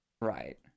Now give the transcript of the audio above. Right